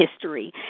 history